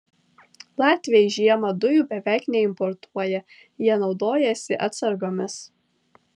latviai žiemą dujų beveik neimportuoja jie naudojasi atsargomis